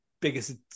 biggest